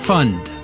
Fund